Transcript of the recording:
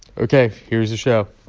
ok. here's the show